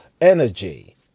energy